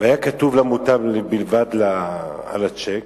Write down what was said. והיה כתוב "למוטב בלבד" על הצ'ק.